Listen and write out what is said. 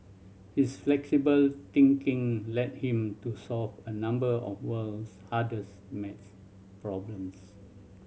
his flexible thinking led him to solve a number of world's hardest maths problems